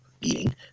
eating